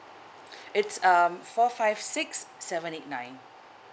it's um four five six seven eight nine